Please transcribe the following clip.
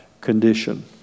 condition